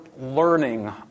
learning